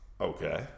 Okay